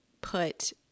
put